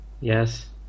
Yes